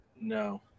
No